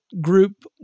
group